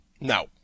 No